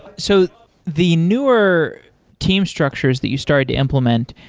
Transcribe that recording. so the newer team structures that you started to implement,